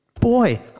Boy